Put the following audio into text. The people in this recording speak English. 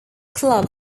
club